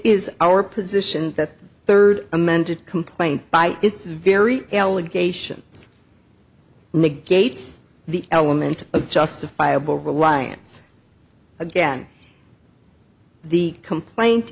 is our position that third amended complaint by its very allegation negates the element of justifiable reliance again the complaint